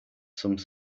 some